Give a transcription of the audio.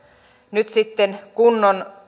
nyt sitten kunnon